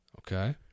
Okay